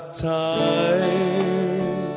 time